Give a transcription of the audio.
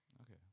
Okay